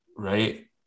right